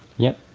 yep.